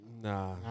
Nah